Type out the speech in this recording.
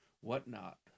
whatnot